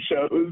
shows